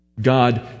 God